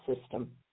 system